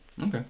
Okay